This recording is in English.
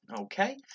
Okay